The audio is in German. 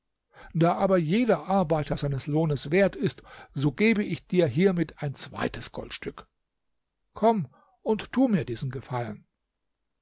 da aber jeder arbeiter seines lohnes wert ist so gebe ich dir hiermit ein zweites goldstück komm und tu mir diesen gefallen